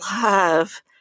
love